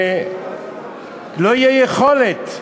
ולא תהיה יכולת,